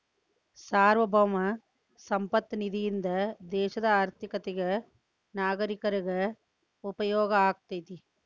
ಸಾರ್ವಭೌಮ ಸಂಪತ್ತ ನಿಧಿಯಿಂದ ದೇಶದ ಆರ್ಥಿಕತೆಗ ನಾಗರೇಕರಿಗ ಉಪಯೋಗ ಆಗತೈತಿ